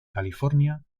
california